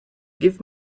give